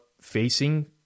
facing